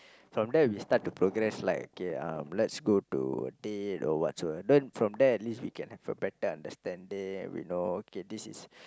from there we start to progress like okay um let's go to date or whatsoever then from there at least we can have a better understanding and we know okay this is